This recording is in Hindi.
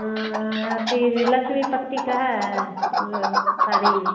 हाँ फ़िर लक्ष्मीपति का है साड़ी